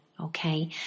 okay